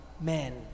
men